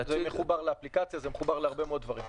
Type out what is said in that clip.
זה מחובר לאפליקציה, זה מחובר להרבה מאוד דברים.